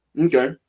okay